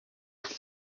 data